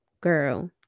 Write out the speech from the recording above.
girl